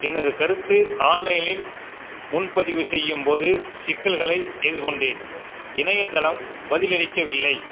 எனது கருத்து ஆன்லைனில் முன்பதிவு செய்யும் போது சிக்கல்களை எதிர்கொண்டேன் இணையதளம் பதிலளிக்கவில்லை